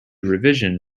revision